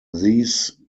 these